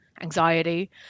anxiety